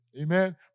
Amen